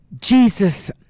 Jesus